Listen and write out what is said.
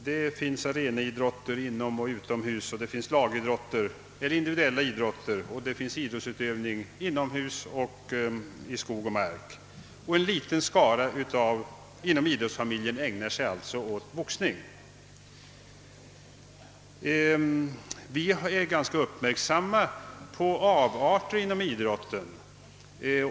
Det finns arenaidrotter, det finns lagidrotter och individuella idrotter, det finns idrotter som utövas inomhus och i skog och mark, och en liten skara inom idrottsfamiljen ägnar sig alltså åt boxning. Vi är ganska uppmärksamma på avarter inom idrotten.